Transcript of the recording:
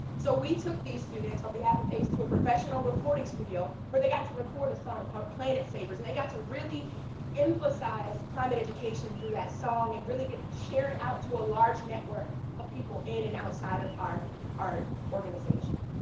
so we took these students on behalf of ace to a professional recording studio where they got to record a song called planet savers, and they got to really emphasize climate education through that song and share it out to a large network of people in and outside of our our organization.